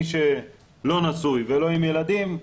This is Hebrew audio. מי שלא נשוי ואין לו ילדים,